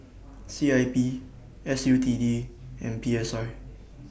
C I P S U T D and P S I